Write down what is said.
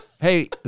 hey